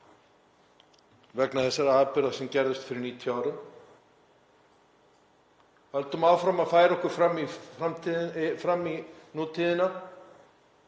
vegna þessara atburða sem gerðust fyrir 90 árum. Höldum áfram að færa okkur fram í nútíðina